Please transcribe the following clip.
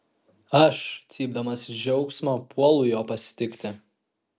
aš cypdamas iš džiaugsmo puolu jo pasitikti